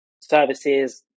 services